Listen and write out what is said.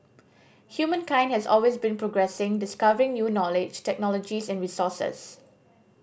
humankind has always been progressing discovering new knowledge technologies and resources